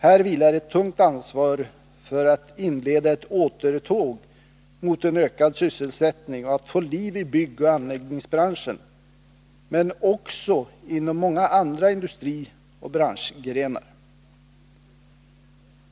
Här vilar ett tungt ansvar för att inleda ett återtåg mot en ökad sysselsättning och för att få livi byggoch anläggningsbranschen, men också i många andra industrioch branschgrenar.